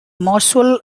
mossul